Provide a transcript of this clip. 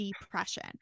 depression